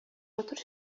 матур